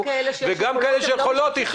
וגם כאלה שיש להן יכולות,